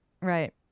Right